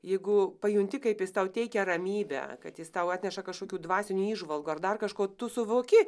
jeigu pajunti kaip jis tau teikia ramybę kad jis tau atneša kažkokių dvasinių įžvalgų ar dar kažko tu suvoki